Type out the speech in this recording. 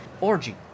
Orgy